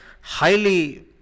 highly